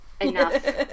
enough